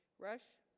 rush